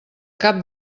cap